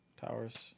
towers